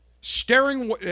staring